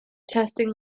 testing